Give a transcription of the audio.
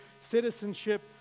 citizenship